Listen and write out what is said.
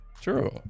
True